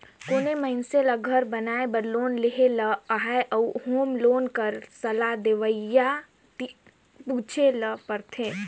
कोनो मइनसे ल घर बनाए बर लोन लेहे ले अहे त होम लोन कर सलाह देवइया तीर पूछे ल परथे